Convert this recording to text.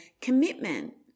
commitment